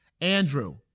Andrew